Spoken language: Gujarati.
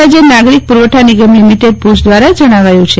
રાજ્ય નાગરિક પુરવઠા નિગમ લિમિટેડ ભુજ દ્વારા જણાવ્યું છે